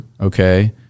okay